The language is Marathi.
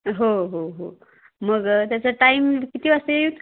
हो हो हो मग त्याचं टाईम किती वाजता येईल